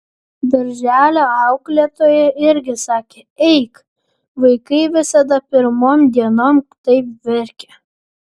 darželio auklėtoja irgi sakė eik vaikai visada pirmom dienom taip verkia